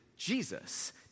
Jesus